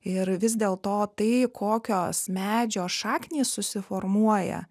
ir vis dėlto tai kokios medžio šaknys susiformuoja